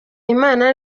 imana